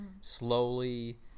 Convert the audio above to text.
slowly